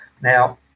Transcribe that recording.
Now